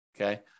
okay